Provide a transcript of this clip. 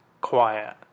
quiet